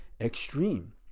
extreme